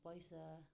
पैसा